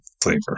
flavor